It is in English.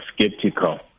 skeptical